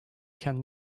can